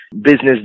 business